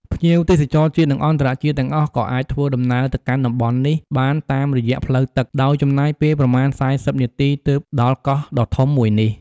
ភ្ញៀវទេសចរជាតិ និងអន្តរជាតិទាំងអស់ក៏អាចធ្វើដំណើរទៅកាន់តំបន់នេះបានតាមរយៈផ្លូវទឹក ដោយចំណាយពេលប្រមាណ៤០នាទី ទើបដល់កោះដ៏ធំមួយនេះ។